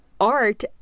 art